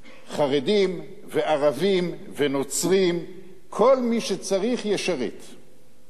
חרדים וערבים ונוצרים, כל מי שצריך ישרת.